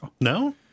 No